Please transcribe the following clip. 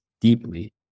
deeply